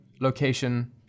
location